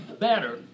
better